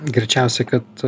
greičiausia kad